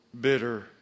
bitter